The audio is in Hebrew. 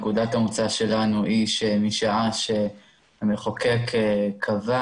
נקודת המוצא שלנו היא שמשעה שהמחוקק קבע